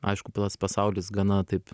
aišku plas pasaulis gana taip